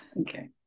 Okay